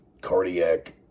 cardiac